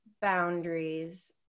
boundaries